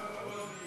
להצבעה.